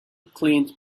cleaned